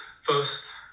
first